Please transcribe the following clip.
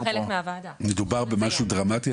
מדובר במשהו דרמטי?